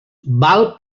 val